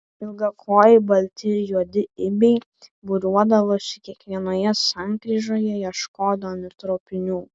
ilgakojai balti ir juodi ibiai būriuodavosi kiekvienoje sankryžoje ieškodami trupinių